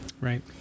Right